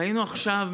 ראינו עכשיו,